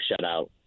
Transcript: shutout